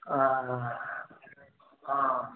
ആ ആ